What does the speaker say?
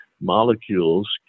molecules